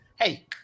Hey